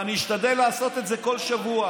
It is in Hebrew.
ואני אשתדל לעשות את זה כל שבוע.